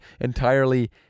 entirely